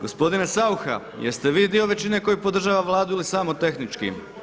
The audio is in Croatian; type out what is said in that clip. Gospodine Saucha jest li vi dio većine koja podržava Vladu ili samo tehnički?